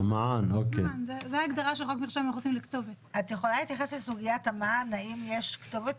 את יכולה להתייחס לסוגיית המען, האם יש כתובת